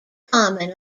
common